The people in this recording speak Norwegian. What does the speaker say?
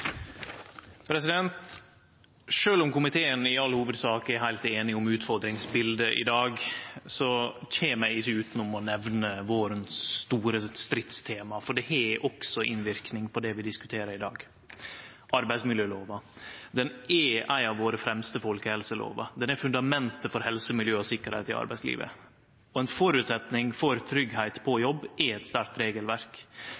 heilt einig om utfordringsbiletet i dag, kjem eg ikkje utanom å nemne det store stridstemaet i vår, for det har også innverknad på det vi diskuterer i dag: arbeidsmiljølova. Ho er ei av dei fremste folkehelselovene våre. Ho er fundamentet for helse, miljø og sikkerheit i arbeidslivet, og ein føresetnad for tryggleik på